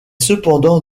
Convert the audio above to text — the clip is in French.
cependant